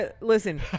Listen